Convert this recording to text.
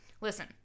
listen